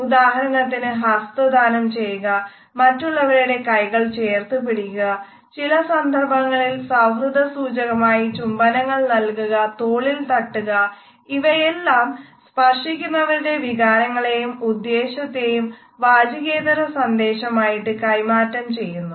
ഉദാഹരണത്തിന് ഹസ്തദാനം ചെയ്യുക മറ്റുള്ളവരുടെ കൈകൾ ചേർത്ത് പിടിക്കുക ചില സന്ദർഭങ്ങളിൽ സൌഹൃദ സൂചകമായി ചുംബനങ്ങൾ നൽകുക തോളിൽ തട്ടുക ഇവയെല്ലാം സ്പർശിക്കുന്നവരുടെ വികാരങ്ങളെയും ഉദ്ദേശത്തെയും വാചികേതര സന്ദേശം ആയിട്ട് കൈമാറ്റം ചെയ്യുന്നു